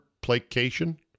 placation